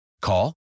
Call